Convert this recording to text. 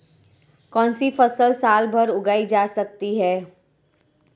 कौनसी फसल साल भर उगाई जा सकती है?